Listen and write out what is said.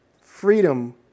freedom